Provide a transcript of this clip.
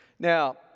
Now